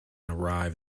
arrive